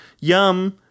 Yum